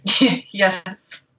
yes